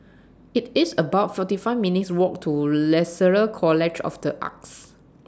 IT IS about forty five minutes' Walk to Lasalle College of The Arts